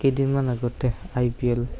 কেইদিনমান আগতে I P L